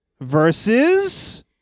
versus